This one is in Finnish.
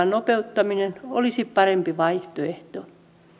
nopeuttaminen olisi parempi vaihtoehto